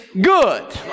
good